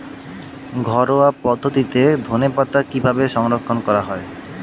ঘরোয়া পদ্ধতিতে ধনেপাতা কিভাবে সংরক্ষণ করা হয়?